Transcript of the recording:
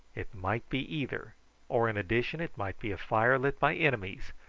it might be either or in addition it might be a fire lit by enemies,